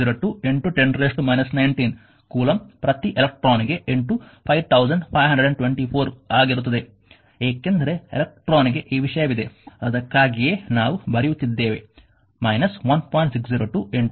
602 10 −19 coulomb ಪ್ರತಿ ಎಲೆಕ್ಟ್ರಾನ್ಗೆ ✕ 5524 ಆಗಿರುತ್ತದೆ ಏಕೆಂದರೆ ಎಲೆಕ್ಟ್ರಾನ್ಗೆ ಈ ವಿಷಯವಿದೆ ಅದಕ್ಕಾಗಿಯೇ ನಾವು ಬರೆಯುತ್ತಿದ್ದೇವೆ −1